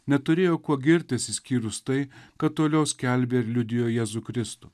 neturėjo kuo girtis išskyrus tai kad toliau skelbė ir liudijo jėzų kristų